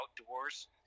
outdoors